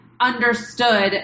understood